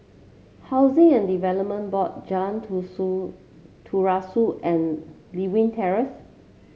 Housing and Development Board Jan Tu Su Terusan and Lewin Terrace